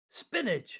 spinach